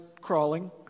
crawling